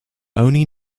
only